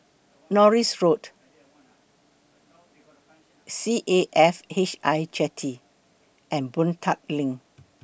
Norris Road C A F H I Jetty and Boon Tat LINK